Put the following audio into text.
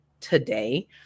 today